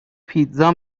پیتزا